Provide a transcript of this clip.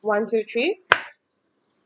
one two three